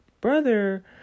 brother